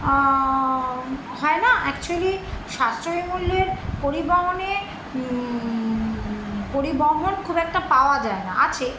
হয় না অ্যাকচুলি সাশ্রয়ী মূল্যের পরিবহনে পরিবহন খুব একটা পাওয়া যায় না আছে